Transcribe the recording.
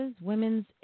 women's